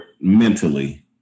mentally